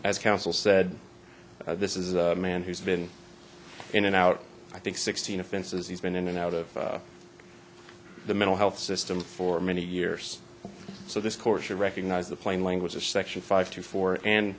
as counsel said this is a man who's been in and out i think sixteen offenses he's been in and out of the mental health system for many years so this court should recognise the plain language of section five to four and